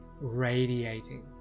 radiating